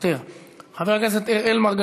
חבר הכנסת עמר בר-לב,